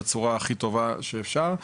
בצורה הכי טובה שאפשר.